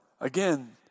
again